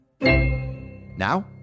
Now